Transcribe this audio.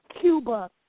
Cuba